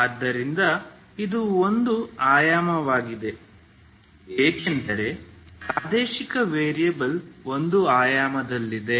ಆದ್ದರಿಂದ ಇದು ಒಂದು ಆಯಾಮವಾಗಿದೆ ಏಕೆಂದರೆ ಪ್ರಾದೇಶಿಕ ವೇರಿಯೇಬಲ್ ಒಂದು ಆಯಾಮದಲ್ಲಿದೆ